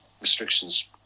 restrictions